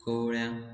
कवळ्या